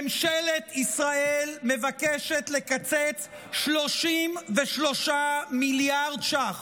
ממשלת ישראל מבקשת לקצץ 33 מיליארד ש"ח